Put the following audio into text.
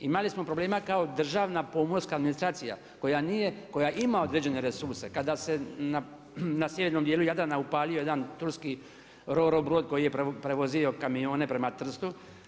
Imali smo problema kao državna pomorska administracija koja nije, koja ima određene resurse, kada se na sjevernom dijelu Jadrana upalio jedan turski … brod koji je prevozio kamione prema Trstu.